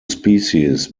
species